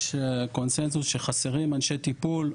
יש קונצנזוס שחסרים אנשי טיפול.